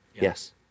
Yes